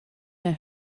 mehr